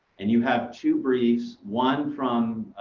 and you have two briefs, one from,